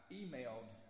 emailed